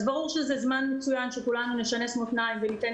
אז ברור שזה זמן מצוין שכולנו נשנס מותניים וניתן